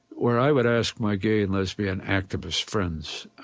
where i would ask my gay and lesbian activist friends,